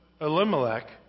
Elimelech